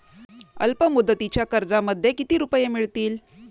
अल्पमुदतीच्या कर्जामध्ये किती रुपये मिळतील?